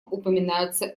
упоминаются